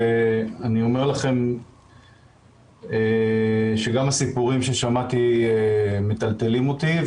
ואני אומר לכם שגם הסיפורים ששמעתי מטלטלים אותי,